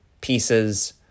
pieces